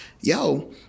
yo